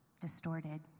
distorted